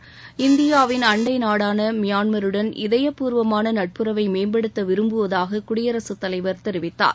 இந்நதியாவின் அண்டை நாடான மியான்மருடன் இதயப்பூர்வமான நட்பறவை மேம்படுத்த விரும்புவதாக குடியரசுத்தலைவர் அப்போது தெரிவித்தார்